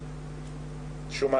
סוציאלית,